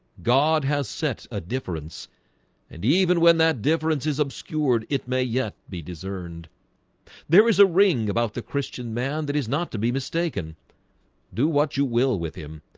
god has set a difference and even when that difference is obscured it may yet be discerned there is a ring about the christian man. that is not to be mistaken do what you will with him.